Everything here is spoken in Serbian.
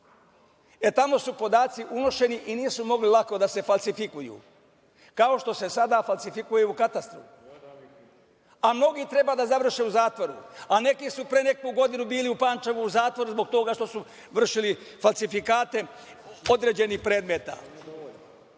tamo su podaci unošeni i nisu mogli lako da se falsifikuju, kao što se sada falsifikuju u katastru. A mnogi treba da završe u zatvoru, a neki su pre neku godinu bili u Pančevu u zatvoru zbog toga što su vršili falsifikate određenih predmeta.